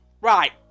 Right